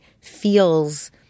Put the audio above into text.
feels